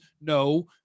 No